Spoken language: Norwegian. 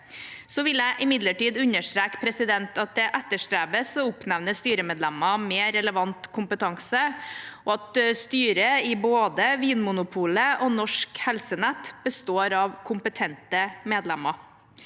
Jeg vil imidlertid understreke at det etterstrebes å oppnevne styremedlemmer med relevant kompetanse, og at styret i både Vinmonopolet og Norsk helsenett består av kompetente medlemmer.